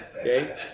Okay